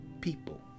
people